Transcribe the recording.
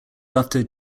after